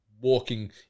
walking